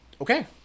okay